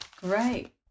great